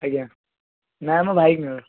ଆଜ୍ଞା ନାଁ ମୋ ଭାଇଙ୍କର